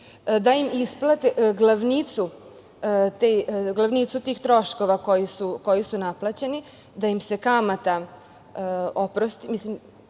isplate glavnicu tih troškova koji su naplaćeni, da im se kamata oprosti,